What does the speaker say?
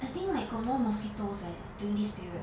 I think like got more mosquitoes leh during this period